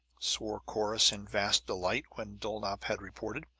swore corrus in vast delight when dulnop had reported.